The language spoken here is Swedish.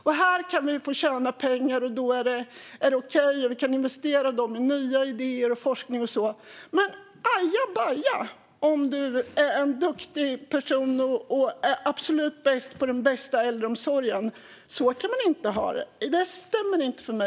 Det är okej att tjäna pengar på det och investera dem i nya idéer, forskning och så vidare. Men ajabaja om du är duktig och bäst på äldreomsorg. Så kan vi inte ha det. Det stämmer inte för mig.